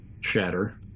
Shatter